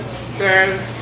serves